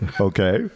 Okay